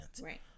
Right